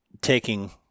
taking